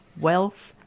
wealth